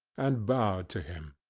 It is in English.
and bowed to him.